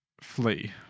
flee